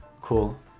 cool